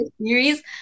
series